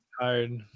Tired